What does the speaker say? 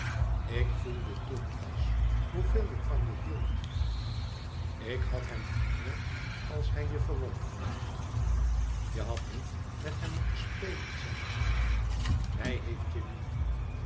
ik voelde toen pas hoeveel ik van je hield ik had hem vermoord als hij je verwond had je hadt niet met hem moeten spelen zeide hij streng hij heeft je lief